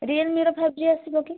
ରିଅଲ୍ମିର five G ଆସିବ କି